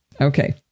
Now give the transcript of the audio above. Okay